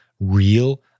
real